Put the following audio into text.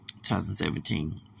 2017